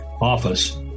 office